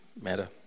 matter